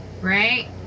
right